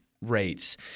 rates